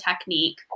technique